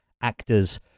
actors